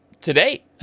Today